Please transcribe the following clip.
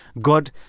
God